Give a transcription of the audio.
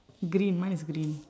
green mine is green